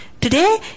Today